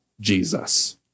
Jesus